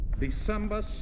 December